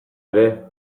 ere